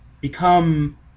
become